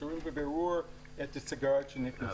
שרואים בהם בבירור את הסיגריות כשנכנסים.